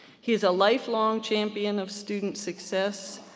he is a lifelong champion of student success,